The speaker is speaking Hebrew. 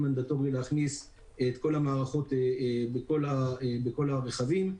מנדטורי להכניס את המערכות בכל הרכבים,